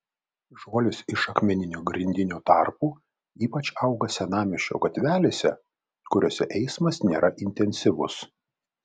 žolės iš akmeninio grindinio tarpų ypač auga senamiesčio gatvelėse kuriose eismas nėra intensyvus